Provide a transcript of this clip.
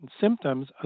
symptoms